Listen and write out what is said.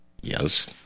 Yes